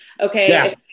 okay